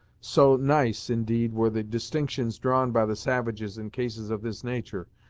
so nice, indeed, were the distinctions drawn by the savages in cases of this nature,